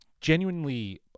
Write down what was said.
genuinely